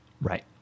Right